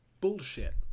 bullshit